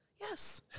yes